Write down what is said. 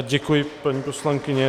Děkuji, paní poslankyně.